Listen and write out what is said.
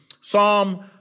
Psalm